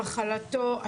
מחלתו,